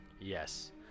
Yes